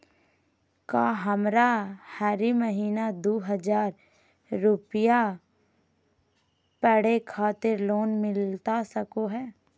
का हमरा हरी महीना दू हज़ार रुपया पढ़े खातिर लोन मिलता सको है?